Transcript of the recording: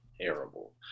terrible